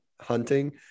hunting